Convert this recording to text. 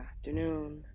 afternoon